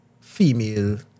female